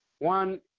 One